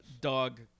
dog